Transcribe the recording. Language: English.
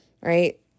right